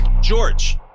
George